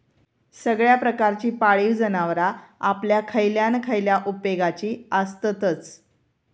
सगळ्या प्रकारची पाळीव जनावरां आपल्या खयल्या ना खयल्या उपेगाची आसततच